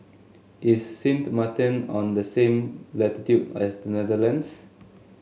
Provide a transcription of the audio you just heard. is Sint Maarten on the same latitude as the Netherlands